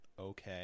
okay